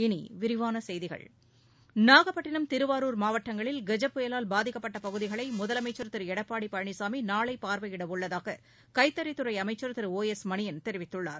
இனி விரிவான செய்திகள் நாகப்பட்டினம் திருவாரூர் மாவட்டங்களில் கஜ புயலால் பாதிக்கப்பட்ட பகுதிகளை முதலமைச்சர் திரு எடப்பாடி பழனிசாமி நாளை பார்வையிட உள்ளதாக கைத்தறித் துறை அமைச்ச் திரு ஒ எஸ் மணியன் தெரிவித்துள்ளார்